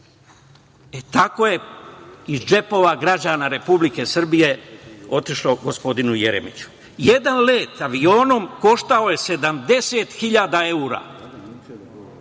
Tako je iz džepova građana Republike Srbije otišlo gospodinu Jeremiću. Jedan let avionom koštao je 70.000 evra.